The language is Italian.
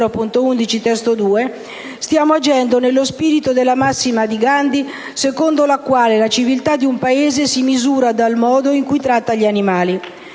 stiamo agendo nello spinto della massima di Gandhi secondo la quale: «La civiltà di un popolo si misura dal modo in cui tratta gli animali».